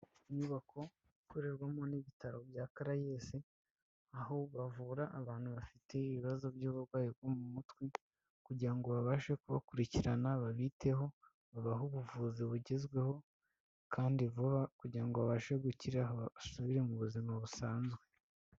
Inyubako ikorerwamo n'ibitaro bya Caraes aho bavura abantu bafite ibibazo by'uburwayi bwo mu mutwe kugira ngo babashe kubakurikirana babiteho babahe ubuvuzi bugezweho kandi vuba kugira ngo babashe gukira basubire mu buzima busanzwe.